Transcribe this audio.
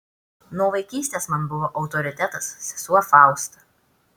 nuo vaikystės man buvo autoritetas sesuo fausta